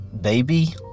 baby